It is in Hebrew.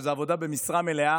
שזאת עבודה במשרה מלאה,